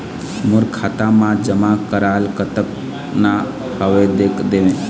मोर खाता मा जमा कराल कतना हवे देख देव?